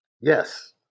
Yes